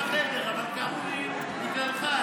הייתי בחדר, אבל קראו לי בגללך.